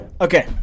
Okay